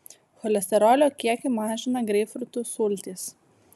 cholesterolio kiekį mažina greipfrutų sultys